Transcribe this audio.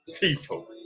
people